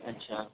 اچھا